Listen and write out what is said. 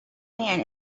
man